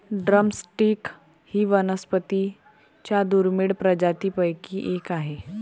drum stick ही वनस्पतीं च्या दुर्मिळ प्रजातींपैकी एक आहे